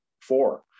Four